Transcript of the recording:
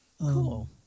Cool